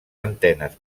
antenes